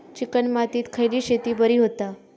Chicken मातीत खयली शेती बरी होता?